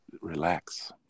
Relax